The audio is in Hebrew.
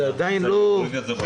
זה עדיין לא --- בסוף